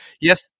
yes